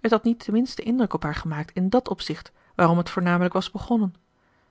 het had niet den minsten indruk op haar gemaakt in dàt opzicht waarom het voornamelijk was begonnen